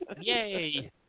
Yay